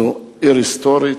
זו עיר היסטורית,